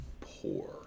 poor